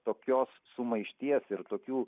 tokios sumaišties ir tokių